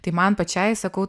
tai man pačiai sakau